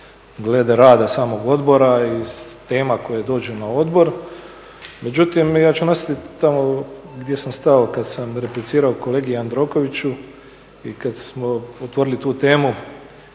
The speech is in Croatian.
glede rada samog odbora iz tema koje dođu na odbor. Međutim, ja ću nastaviti tamo gdje sam stao kada sam replicirao kolegi Jandrokoviću i kada smo otvorili tu temu